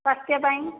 ସ୍ୱାସ୍ଥ୍ୟ ପାଇଁ